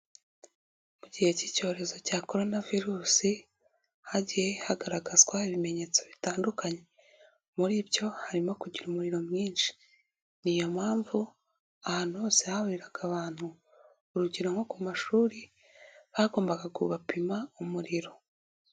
Mu gihe cy'icyorezo cya corona virusi hagiye hagaragazwa ibimenyetso bitandukanye muri byo harimo kugira umuriro mwinshi, ni yo mpamvu ahantu hose hahuriraga abantu, urugero nko ku mashuri hagombaga kubapima umuriro.